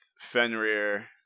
Fenrir